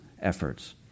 efforts